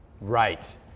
Right